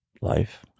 life